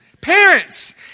Parents